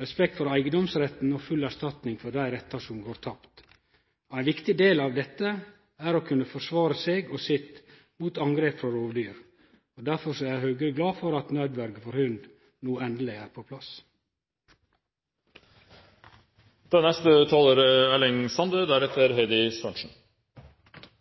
respekt for eigedomsretten og full erstatning for dei rettar som går tapt. Ein viktig del av dette er å kunne forsvare seg og sitt mot angrep frå rovdyr, og derfor er Høgre glad for at nødverje for hund no endeleg er på plass. Saksordføraren teiknar nokre flotte bilete av naturen vår og bærmarkene. Eg meiner likevel det er